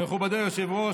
מכובדי היושב-ראש,